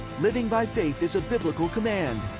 living by faith is a biblical command.